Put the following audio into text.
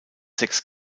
sechs